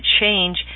change